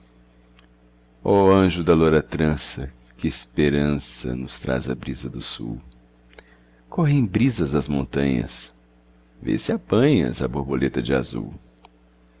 ó anjo da loura trança que esperança nos traz a brisa do sul correm brisas das montanhas vê se apanhas a borboleta de azul